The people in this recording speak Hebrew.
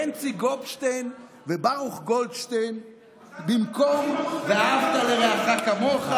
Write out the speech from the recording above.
בנצי גופשטיין וברוך גולדשטיין במקום ואהבת לרעך כמוך,